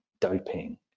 doping